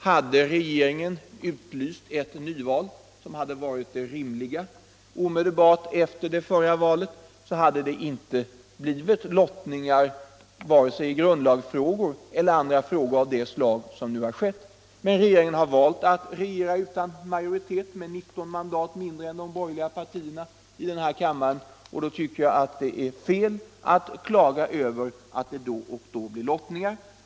Hade regeringen utlyst ett nyval, som hade varit det rimliga, omedelbart efter det förra valet, så hade det inte blivit lottningar i vare sig grundlagsfrågor eller andra frågor. Men regeringen har valt att regera utan majoritet och med 19 mandat mindre än de borgerliga partierna. Då tycker jag att det är fel att klaga över att det ibland blir lottningar.